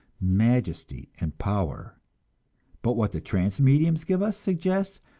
majesty and power but what the trance mediums give us suggests,